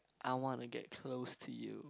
I want to get close to you